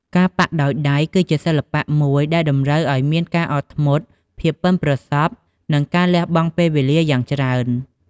ការប៉ាក់ដោយដៃ គឺជាសិល្បៈមួយដែលតម្រូវឱ្យមានការអត់ធ្មត់ ភាពប៉ិនប្រសប់ និងការលះបង់ពេលវេលាយ៉ាងច្រើន។